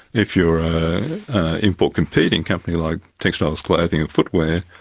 if you are an import competing company, like textiles, clothing and footwear,